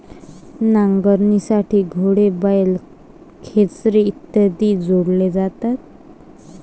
नांगरणीसाठी घोडे, बैल, खेचरे इत्यादी जोडले जातात